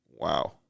Wow